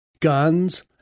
Guns